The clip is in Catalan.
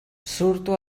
surto